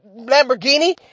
Lamborghini